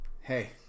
hey